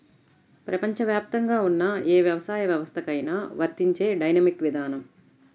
ప్రపంచవ్యాప్తంగా ఉన్న ఏ వ్యవసాయ వ్యవస్థకైనా వర్తించే డైనమిక్ విధానం